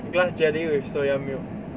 grass jelly with soya milk